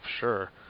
sure